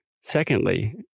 Secondly